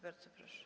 Bardzo proszę.